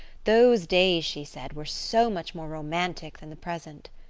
those days, she said, were so much more romantic than the present.